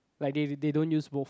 like they they don't use both